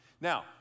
Now